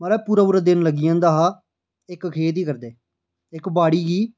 माराज पूरा पूरा दिन लग्गी जंदा हा इक खेत गी करदे बाड़ी गी करदे